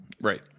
Right